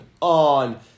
on